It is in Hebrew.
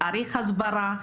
צריך הסברה,